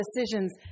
decisions